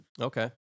okay